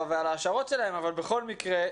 בכל מקרה,